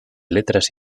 letras